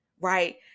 right